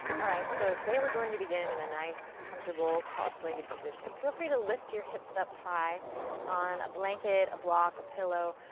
alright, so today we're going to begin in a nice, comfortable, cross-legged position. feel free to lift your hips up high on a blanket, a block, a pillow,